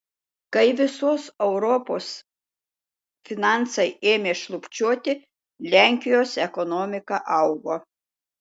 kai visos europos finansai ėmė šlubčioti lenkijos ekonomika augo